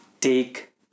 take